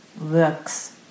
works